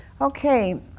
Okay